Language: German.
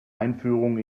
einführung